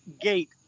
gate